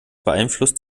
beeinflusst